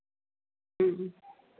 ह्म्म